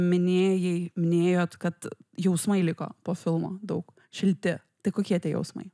minėjai minėjot kad jausmai liko po filmo daug šilti tai kokie tie jausmai